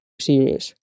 serious